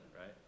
right